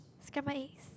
scrambled eggs